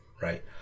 right